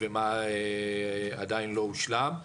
ומה עדיין לא הושלם.